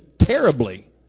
terribly